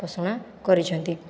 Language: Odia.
ପୋଷଣା କରିଛନ୍ତି